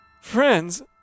friends